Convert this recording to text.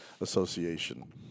association